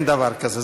אין דבר כזה.